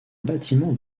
bâtiment